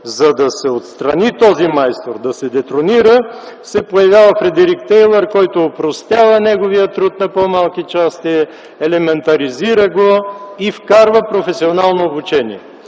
За да се отстрани, да се детронира този майстор, се появява Фредерик Тейлър, който опростява неговия труд на по-малки части, елементаризира го и вкарва професионално обучение.